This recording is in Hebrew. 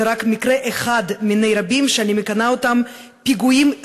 זה רק מקרה אחד מני רבים,